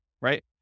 right